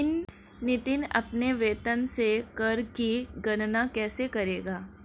नितिन अपने वेतन से कर की गणना कैसे करेगा?